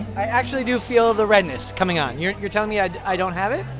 i actually do feel the redness coming on. you're you're telling me i i don't have it?